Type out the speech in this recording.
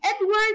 Edward